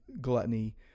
gluttony